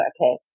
okay